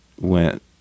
went